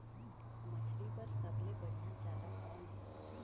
मछरी बर सबले बढ़िया चारा कौन हे?